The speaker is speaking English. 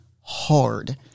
hard